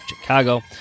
Chicago